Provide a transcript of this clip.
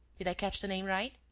did i catch the name right?